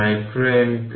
সুতরাং এটি ইকুয়েশন 13